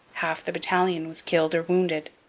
half the battalion was killed or wounded.